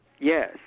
Yes